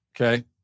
okay